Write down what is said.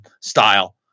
style